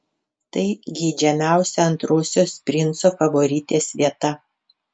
tai geidžiamiausia antrosios princo favoritės vieta